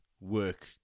work